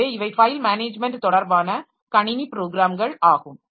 எனவே இவை file management தொடர்பான கணினி ப்ரோக்ராம்கள் ஆகும்